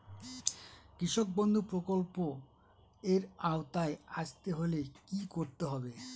কৃষকবন্ধু প্রকল্প এর আওতায় আসতে হলে কি করতে হবে?